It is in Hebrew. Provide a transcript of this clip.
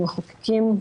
המחוקקים,